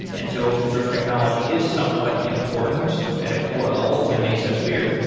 and so open source technology is somewhat important at a core level to mesosphere.